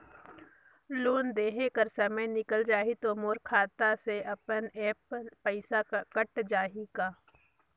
Loan देहे कर समय निकल जाही तो मोर खाता से अपने एप्प पइसा कट जाही का?